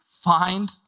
Find